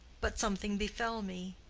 but something befell me.